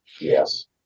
Yes